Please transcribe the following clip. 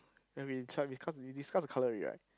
and we this one discuss we discuss the colour already right